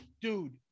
dude